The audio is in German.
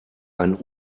ein